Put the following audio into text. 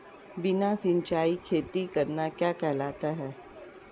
बिना सिंचाई खेती करना क्या कहलाता है?